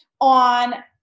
on